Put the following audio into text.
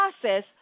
process